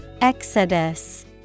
Exodus